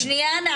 שנייה.